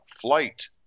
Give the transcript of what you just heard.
flight